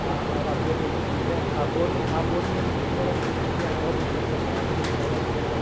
हाँ और आप बोलें कि टीचर आप बोलें आप बोलेंगे टीचर हैं तो इसके लिए और मतलब फायदेमंद रहेगा कि आप